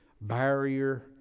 barrier